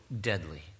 deadly